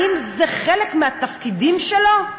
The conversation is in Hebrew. האם זה חלק מהתפקידים שלו?